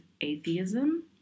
atheism